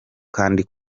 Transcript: kandi